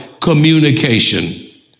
communication